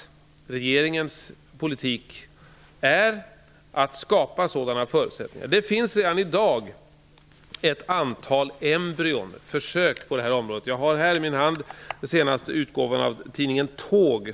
Regeringens politik är att skapa sådana förutsättningar. Redan i dag finns ett antal embryon, försök, på området. I min hand har jag det senaste numret av tidningen Tåg.